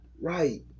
Right